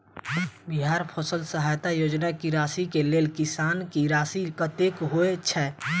बिहार फसल सहायता योजना की राशि केँ लेल किसान की राशि कतेक होए छै?